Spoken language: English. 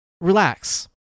relax